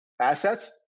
assets